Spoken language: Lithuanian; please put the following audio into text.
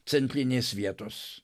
centrinės vietos